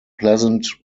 pleasant